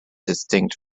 distinct